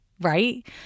right